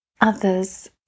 others